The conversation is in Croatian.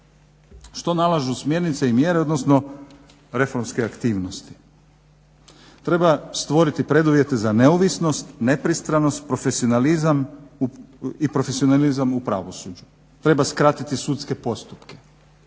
što nalažu smjernice i mjere, odnosno reformske aktivnosti. Treba stvoriti preduvjete za neovisnost, nepristranost, profesionalizam i profesionalizam u pravosuđu. Treba skratiti sudske postupke,